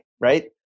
right